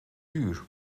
duur